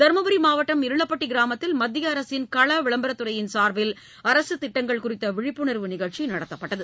தர்மபுரி மாவட்டம் இருளப்பட்டி கிராமத்தில் மத்திய அரசின் களவிளம்பரத்துறையின் சார்பில் அரசு திட்டங்கள் குறித்த விழிப்புணர்வு நிகழ்ச்சி நடத்தப்பட்டது